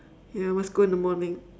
ya must go in the morning